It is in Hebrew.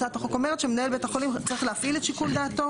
הצעת החוק אומרת שמנהל בית החולים צריך להפעיל את שיקול דעתו